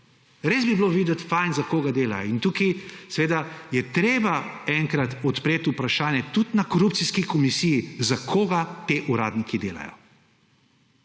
Res bi bilo fajn videti, za koga delajo. Tukaj je treba enkrat odpreti vprašanje tudi na korupcijski komisiji, za koga ti uradniki delajo.